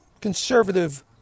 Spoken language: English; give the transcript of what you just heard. conservative